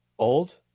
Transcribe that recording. Old